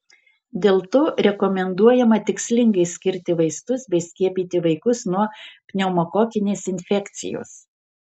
dėl to rekomenduojama tikslingai skirti vaistus bei skiepyti vaikus nuo pneumokokinės infekcijos